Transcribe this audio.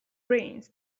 brains